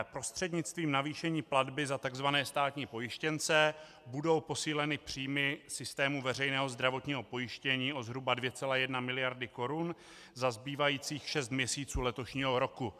Prostřednictvím navýšení platby za tzv. státní pojištěnce budou posíleny příjmy systému veřejného zdravotního pojištění o zhruba 2,1 miliardy korun za zbývajících šest měsíců letošního roku.